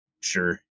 Sure